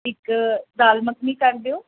ਇੱਕ ਦਾਲ ਮੱਖਣੀ ਕਰ ਦਿਓ